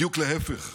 בדיוק להפך,